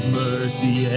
mercy